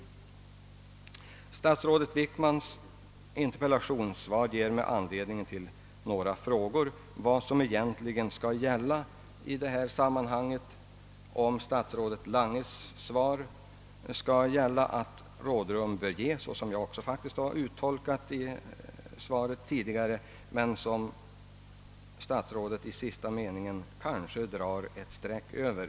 Statsrådet Wickmans interpellationssvar ger mig anledning till några frågor om vad som egentligen skall gälla i detta sammanhang. Är det statsrådet Langes svar att rådrum bör ges? Så har jag faktiskt uttolkat svaret tidigare, men statsrådet Wickman drar kanske i sista meningen ett streck över denna uttydning.